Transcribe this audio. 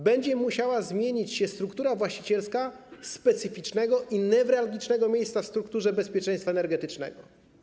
Będzie musiała zmienić się struktura właścicielska specyficznego i newralgicznego miejsca w strukturze bezpieczeństwa energetycznego.